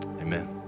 Amen